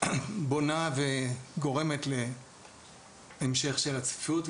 בונה וגורמת להמשך של הצפיפות,